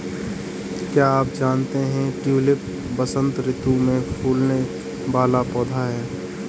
क्या आप जानते है ट्यूलिप वसंत ऋतू में फूलने वाला पौधा है